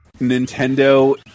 Nintendo